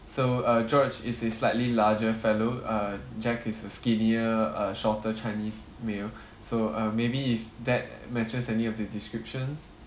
so uh george is a slightly larger fellow uh jack is a skinnier uh shorter chinese male so uh maybe if that matches any of the descriptions